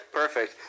perfect